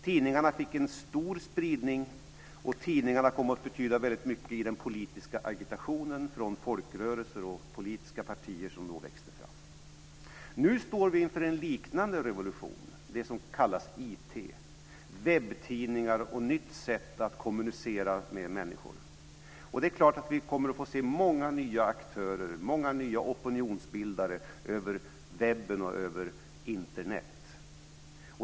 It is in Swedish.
Tidningarna fick en stor spridning, och de kom att betyda väldigt mycket i den politiska agitationen från folkrörelser och politiska partier, som då växte fram. Nu står vi inför en liknande revolution. Det gäller det som kallas IT. Det finns webbtidningar och nya sätt att kommunicera med människor. Det är klart att vi kommer att få se många nya aktörer och många nya opinionsbildare på webben och på Internet.